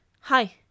Hi